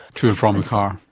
to and from the car.